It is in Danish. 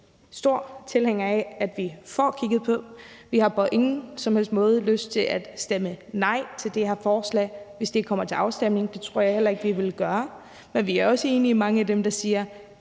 store tilhængere af at vi får kigget på. Vi har på ingen som helst måde lyst til at stemme nej til det her forslag, hvis det kommer til afstemning, og det tror jeg heller ikke vi ville gøre. Men vi er også enige med mange af dem, som siger,